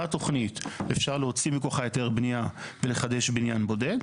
תכנית ואפשר להוציא מתוכה היתר בנייה ולחדש בניין בודד.